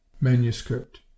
manuscript